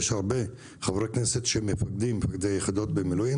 יש הרבה חברי כנסת שהם מפקדי יחידות במילואים